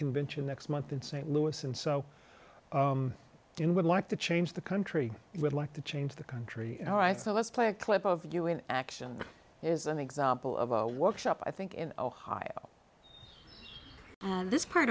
convention next month in st louis and so do i would like to change the country would like to change the country all right so let's play a clip of you in action is an example of a workshop i think in ohio and this part